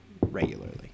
regularly